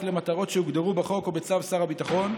למטרות שהוגדרו בחוק או בצו שר הביטחון: